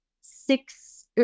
six